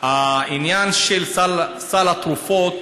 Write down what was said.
העניין של סל התרופות